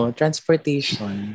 transportation